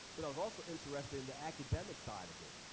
but i was also interested in the academic side of it.